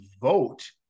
vote